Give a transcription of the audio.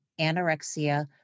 anorexia